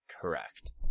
correct